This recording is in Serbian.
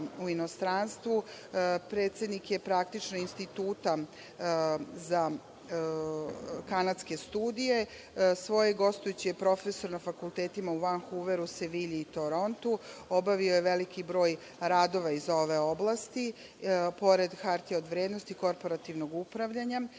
u inostranstvu, predsednik je praktično Instituta za kanadske studije. Gostujući je profesor na fakultetima u Vankuveru, Sevilji i Torontu. Obavio je veliki broj radova iz ove oblasti, pored hartija od vrednosti, korporativnog upravljanja. Kada